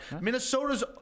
minnesota's